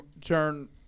turn